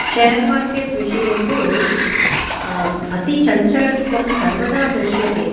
share market विषये तु अति चञ्चलत्वं सर्वदा दृश्यते